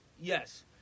Yes